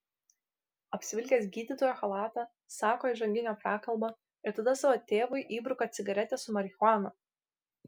apsivilkęs gydytojo chalatą sako įžanginę prakalbą ir tada savo tėvui įbruka cigaretę su marihuana